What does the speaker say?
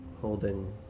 holding